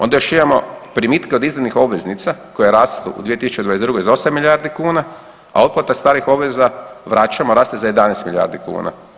Onda još imamo primitke od izdanih obveznica koje rastu u 2022. za 8 milijardi kuna, a otplata starih obveza vraćamo raste za 11 milijardi kuna.